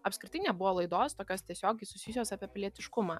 apskritai nebuvo laidos tokios tiesiogiai susijusios apie pilietiškumą